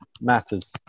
matters